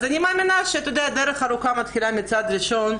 אז אני מאמינה שדרך ארוכה מתחילה בצעד ראשון.